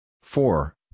four